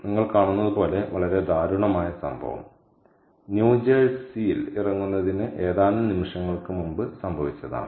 നിങ്ങൾ കാണുന്നതുപോലെ വളരെ ദാരുണമായ സംഭവം ന്യൂജേഴ്സിയിൽ ഇറങ്ങുന്നതിന് ഏതാനും നിമിഷങ്ങൾക്ക് മുമ്പ് സംഭവിച്ചതാണ്